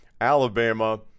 Alabama